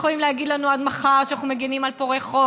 ואתם יכולים להגיד לנו עד מחר שאנחנו מגינים על פורעי חוק,